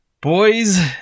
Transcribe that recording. Boys